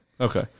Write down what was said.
Okay